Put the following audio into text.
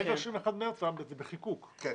מעבר ל-31 במרס זה בחיקוק, ברור.